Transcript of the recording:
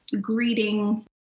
greeting